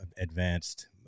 advanced